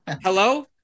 Hello